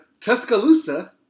Tuscaloosa